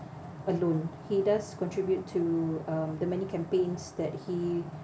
alone he does contribute to um the many campaigns that he